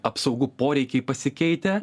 apsaugų poreikiai pasikeitę